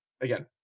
again